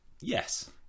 Yes